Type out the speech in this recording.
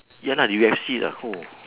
ya lah U_F_C lah [ho]